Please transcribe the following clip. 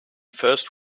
first